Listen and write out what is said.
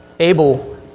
Abel